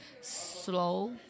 slow